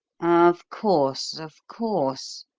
of course, of course!